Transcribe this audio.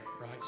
Right